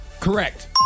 Correct